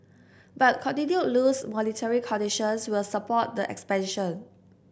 but continued loose monetary conditions will support the expansion